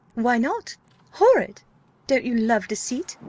why not horrid don't you love deceit?